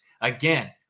again